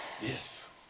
Yes